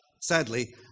sadly